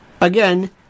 again